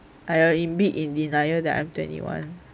I'm a bit in denial that I'm twenty one